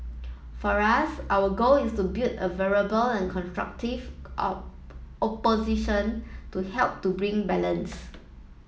for us our goal is to build a viable and constructive opposition to help to bring balance